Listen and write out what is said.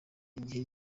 igihe